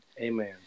Amen